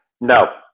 No